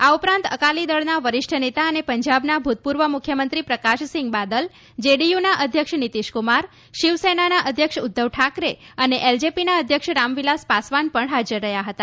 આ ઉપરાંત અકાલી દળના વરિષ્ઠ નેતા અને પંજાબના ભૂતપૂર્વ મુખ્યમંત્રી પ્રકાશસિંગ બાદલ જેડીયુના અધ્યક્ષ નીતિશ કુમાર શિવ સેનાના અધ્યક્ષ ઉધ્ધવ ઠાકરે અને એલજેપીના અધ્યક્ષ રામવિલાસ પાસવાન પણ હાજર રહ્યા હતા